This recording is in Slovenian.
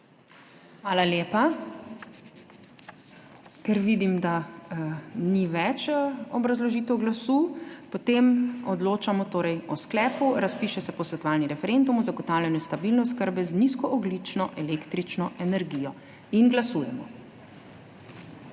Hvala lepa. Ker vidim, da ni več obrazložitev glasu, potem torej odločamo o sklepu: Razpiše se posvetovalni referendum o zagotavljanju stabilne oskrbe z nizkoogljično električno energijo. Glasujemo.